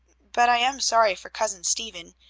but i am sorry for cousin stephen.